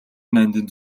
нандин